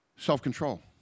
self-control